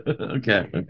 okay